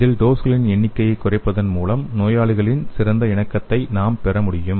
இதில் டோஸ்களின் எண்ணிக்கையை குறைப்பதன் மூலம் நோயாளியின் சிறந்த இணக்கத்தன்மையை நாம் பெற முடியும்